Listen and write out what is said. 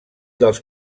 dels